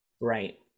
Right